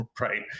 right